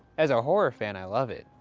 as a horror fan, i love it.